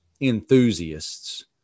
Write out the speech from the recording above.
enthusiasts